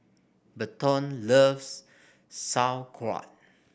Burton loves Sauerkraut